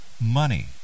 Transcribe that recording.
money